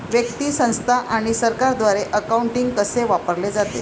व्यक्ती, संस्था आणि सरकारद्वारे अकाउंटिंग कसे वापरले जाते